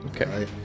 Okay